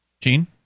Gene